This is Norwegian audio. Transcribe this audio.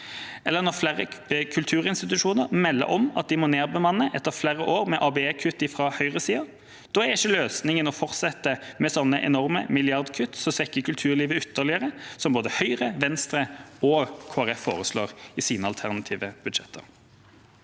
Og når flere kulturinstitusjoner melder om at de må nedbemanne etter flere år med ABE-kutt fra høyresiden, er ikke løsningen å fortsette med enorme milliardkutt som svekker kulturlivet ytterligere, som både Høyre, Venstre og Kristelig Folkeparti foreslår i sine alternative budsjetter.